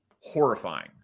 horrifying